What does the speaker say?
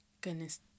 Goodness